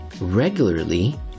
regularly